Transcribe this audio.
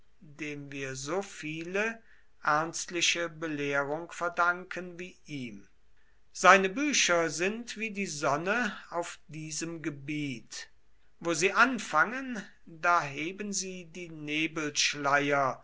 dem wir so viele ernstliche belehrung verdanken wie ihm seine bücher sind wie die sonne auf diesem gebiet wo sie anfangen da heben sich die